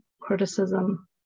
criticism